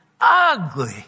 Ugly